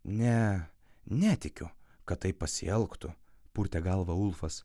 ne netikiu kad taip pasielgtų purtė galvą ulfas